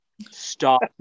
stop